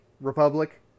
Republic